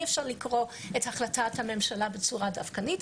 אי אפשר לקרוא את החלטת הממשלה בצורה דווקנית,